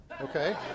Okay